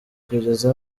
kugeza